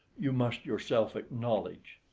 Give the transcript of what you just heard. you must yourself acknowledge,